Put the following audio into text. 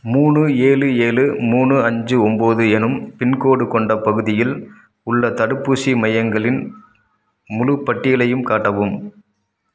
மூணு ஏழு ஏழு மூணு அஞ்சு ஒம்பது என்னும் பின்கோடு கொண்ட பகுதியில் உள்ள தடுப்பூசி மையங்களின் முழுப் பட்டியலையும் காட்டவும்